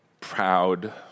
proud